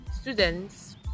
students